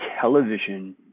Television